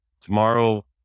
tomorrow